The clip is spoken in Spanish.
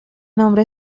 nombre